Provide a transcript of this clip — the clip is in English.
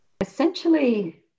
Essentially